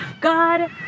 God